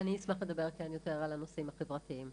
אני אשמח לדבר על הנושאים החברתיים.